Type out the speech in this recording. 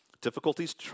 Difficulties